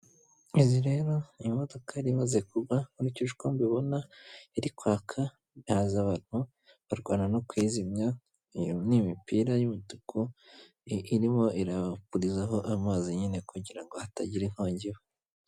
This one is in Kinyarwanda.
izi rero ni imodoka yari imaze kugwa nkurikije uko mbibona iri kwaka, haza abantu barwana no kuyizimya. Iyo ni imipira y'imituku irimo irabapurizaho amazi nyine kugira ngo hatagira inkongi.